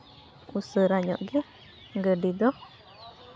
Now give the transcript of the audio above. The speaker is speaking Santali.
ᱩᱥᱟᱹᱨᱟ ᱧᱚᱜ ᱜᱮ ᱜᱟᱹᱰᱤ ᱫᱚ